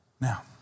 Now